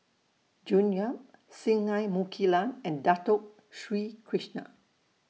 June Yap Singai Mukilan and Dato Sri Krishna